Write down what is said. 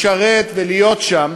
לשרת ולהיות שם,